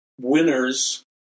winners